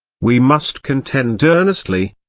we must contend earnestly,